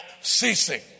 ceasing